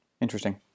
Interesting